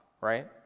right